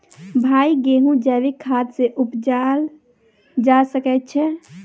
भाई गेंहूँ जैविक खाद सँ उपजाल जा सकै छैय?